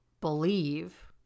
believe